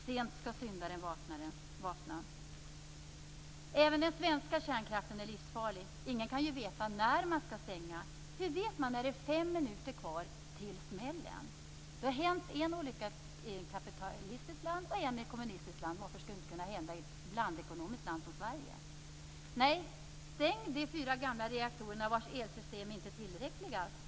Sent skall syndaren vakna. Även den svenska kärnkraften är livsfarlig. Ingen kan ju veta när man skall stänga. Hur vet man när det är fem minuter kvar till smällen? Det har hänt en olycka i ett kapitalistiskt land och en i ett kommunistiskt land. Varför skulle det inte kunna hända i ett blandekonomiskt land som Sverige? Nej, stäng de fyra gamla reaktorer vars elsystem inte är tillräckliga.